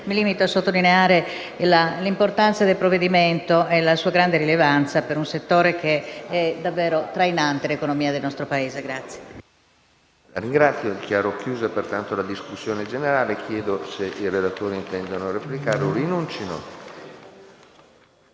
Mi limito a sottolineare l'importanza del provvedimento e la sua grande rilevanza per un settore che è davvero trainante per l'economia del nostro Paese.